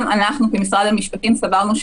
גם אנחנו כמשרד המשפטים סברנו,